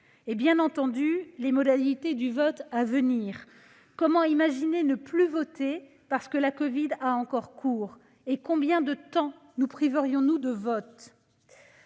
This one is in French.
Je pense aussi aux modalités de vote : comment imaginer ne plus voter parce que la covid a encore cours ? Combien de temps nous priverions-nous de vote ?